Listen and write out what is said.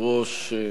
ברוב של 19